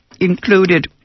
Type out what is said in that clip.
included